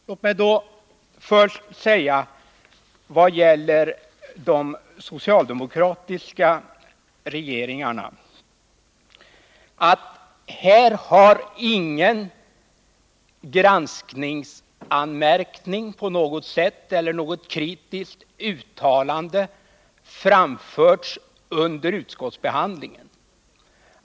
Låt mig då först i vad gäller de socialdemokratiska regeringarna säga att ingen som helst granskningsanmärkning liksom inte heller något kritiskt uttalande har framförts under utskottsbehandlingen.